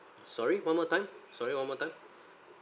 sorry one more time sorry one more time